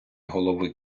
голови